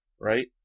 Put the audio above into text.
right